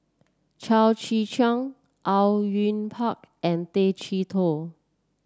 Chao Tzee Cheng Au Yue Pak and Tay Chee Toh